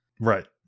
Right